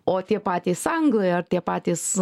o tie patys anglai ar tie patys